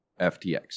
FTX